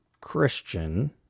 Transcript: Christian